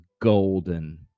golden